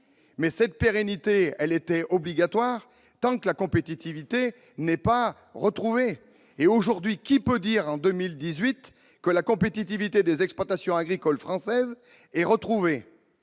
cette aide était obligatoire tant que la compétitivité n'était pas retrouvée. Mais, aujourd'hui, qui peut dire que la compétitivité des exploitations agricoles françaises sera retrouvée